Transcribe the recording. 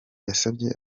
yasabye